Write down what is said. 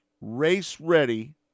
race-ready